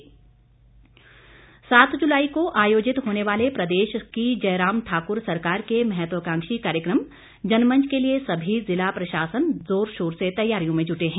जनमंच सात जुलाई को आयोजित होने वाले प्रदेश की जयराम ठाकुर सरकार के महत्वकांक्षी कार्यक्रम जनमंच के लिए सभी जिला प्रशासन जोर शोर से तैयारियों में जूटे हैं